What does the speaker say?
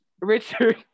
Richard